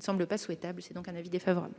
semble pas souhaitable. J'émets donc un avis défavorable.